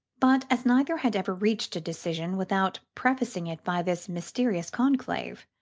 but as neither had ever reached a decision without prefacing it by this mysterious conclave,